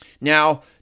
Now